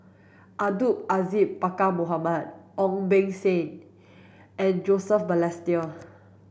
Abdul Aziz Pakkeer Mohamed Ong Beng Seng and Joseph Balestier